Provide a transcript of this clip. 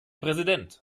präsident